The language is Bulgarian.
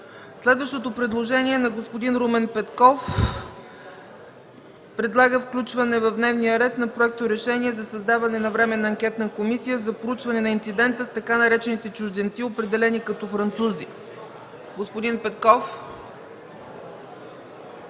Следващото предложение – на господин Румен Петков. Той предлага включване в дневния ред на проекторешение за създаване на временна анкетна комисия за проучване на инцидента с така наречените „чужденци”, определени като французи. Господин Петков.